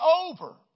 over